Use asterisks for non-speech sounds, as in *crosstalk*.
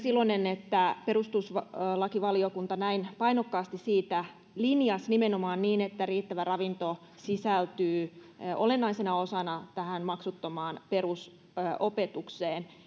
*unintelligible* iloinen että perustuslakivaliokunta näin painokkaasti kouluruokailusta linjasi nimenomaan niin että riittävä ravinto sisältyy olennaisena osana maksuttomaan perusopetukseen